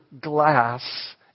glass